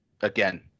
again